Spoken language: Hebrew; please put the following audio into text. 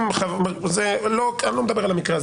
אני לא מדבר על המקרה.